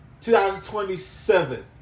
2027